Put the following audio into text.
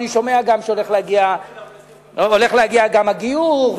אני שומע שהולך להגיע גם הגיור,